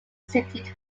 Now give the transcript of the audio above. city